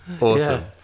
Awesome